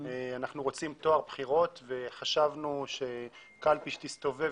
אנחנו רוצים טוהר בחירות וחשבנו שקלפי שתסתובב